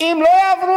אם לא יעברו,